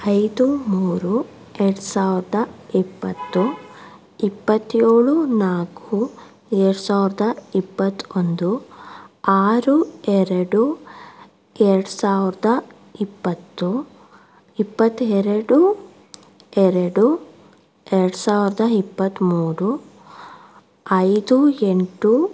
ಐದು ಮೂರು ಎರಡುಸಾವ್ರದ ಇಪ್ಪತ್ತು ಇಪ್ಪತ್ತೇಳು ನಾಲ್ಕು ಎರಡ್ಸಾವ್ರದ ಇಪ್ಪತ್ತೊಂದು ಆರು ಎರಡು ಎರಡ್ಸಾವ್ರದ ಇಪ್ಪತ್ತು ಇಪ್ಪತ್ತೆರಡು ಎರಡು ಎರಡ್ಸಾವ್ರದ ಇಪ್ಪತ್ತ್ಮೂರು ಐದು ಎಂಟು